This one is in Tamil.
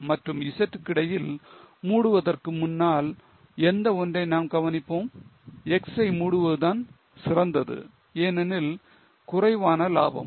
X மற்றும் Z க்கிடையில் மூடுவதற்கு முன்னால் எந்த ஒன்றை நாம் கவனிப்போம் X ஐ மூடுவதுதான் சிறந்தது ஏனெனில் குறைவான லாபம்